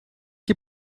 que